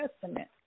Testament